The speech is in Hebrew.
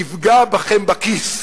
נפגע בכם בכיס,